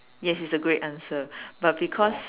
yes it's a great answer but because